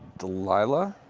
delilah.